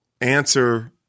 answer